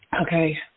Okay